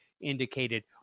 indicated